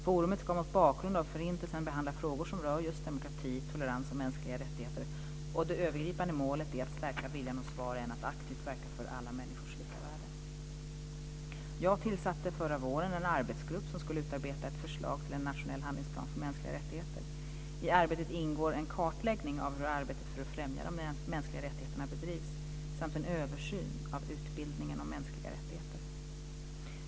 Forumet ska mot bakgrund av Förintelsen behandla frågor som rör demokrati, tolerans och mänskliga rättigheter. Det övergripande målet är att stärka viljan hos var och en att aktivt verka för alla människors lika värde. Förra våren tillsatte jag en arbetsgrupp som hade att utarbeta ett förslag till en nationell handlingsplan för mänskliga rättigheter. I arbetet ingår en kartläggning av hur arbetet för att främja de mänskliga rättigheterna bedrivs samt en översyn av utbildningen vad gäller mänskliga rättigheter.